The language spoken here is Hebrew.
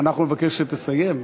אנחנו נבקש שתסיים,